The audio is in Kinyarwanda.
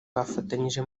bafatanyije